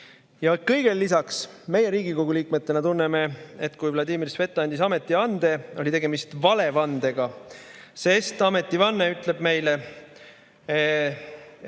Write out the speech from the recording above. Kõigele lisaks, meie Riigikogu liikmetena tunneme, et kui Vladimir Svet andis ametivande, oli tegemist valevandega, sest ametivande tekst ütleb, et